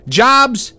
jobs